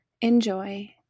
enjoy